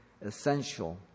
essential